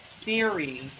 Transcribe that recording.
theory